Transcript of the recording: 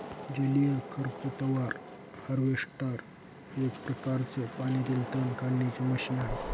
जलीय खरपतवार हार्वेस्टर एक प्रकारच पाण्यातील तण काढण्याचे मशीन आहे